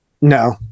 No